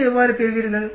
பொது எவ்வாறு பெறுவீர்கள்